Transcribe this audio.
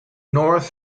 north